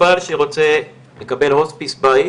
מטופל שרוצה לקבל הוספיס בית,